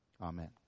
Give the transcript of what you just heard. Amen